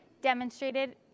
demonstrated